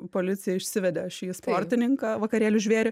policija išsivedė šį sportininką vakarėlių žvėrį